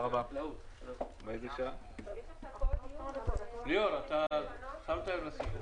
הישיבה ננעלה בשעה